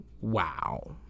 Wow